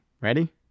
Ready